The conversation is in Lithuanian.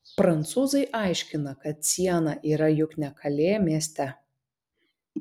prancūzai aiškina kad siena yra juk ne kalė mieste